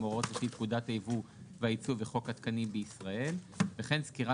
הוראות לפי פקודת היבוא והיצוא וחוק התקנים בישראל וכן סקירה